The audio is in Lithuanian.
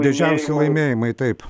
didžiausi laimėjimai taip